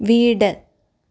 വീട്